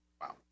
wow